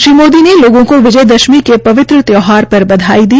श्री मोदी ने लोगों को विजय दशमी के पवित्र तैयार पर बधाई दी